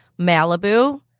Malibu